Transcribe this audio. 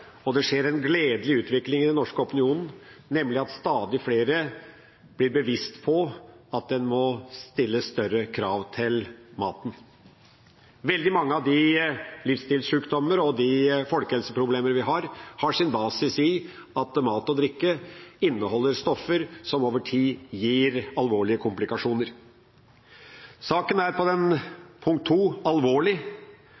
folkehelsen. Det skjer en gledelig utvikling i den norske opinionen, nemlig at stadig flere blir bevisst på at en må stille større krav til maten. Veldig mange av de livsstilssykdommer og folkehelseproblemer vi har, har sin basis i at mat og drikke inneholder stoffer som over tid gir alvorlige komplikasjoner. Punkt to: Saken er